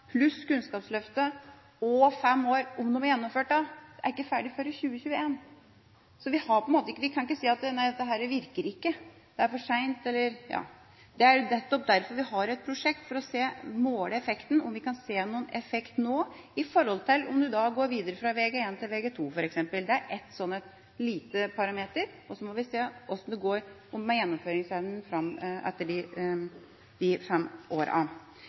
pluss Kunnskapsløftet og gjennomføring av videregående skole innen fem år, vil vi ikke se før i 2021. Vi kan ikke si at dette ikke virker, eller at det er for sent. Det er nettopp derfor vi har et prosjekt – for å måle effekten og om vi kan se noen effekt nå i forhold til om du går videre fra Vg1 til Vg2 f.eks. Det er et sånt lite parameter, og så må vi se hvordan det går med gjennomføringsevnen etter fem år.